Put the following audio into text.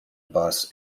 bus